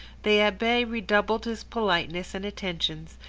the abbe redoubled his politeness and attentions,